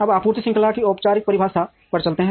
अब आपूर्ति श्रृंखला की औपचारिक परिभाषा पर चलते हैं